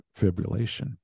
fibrillation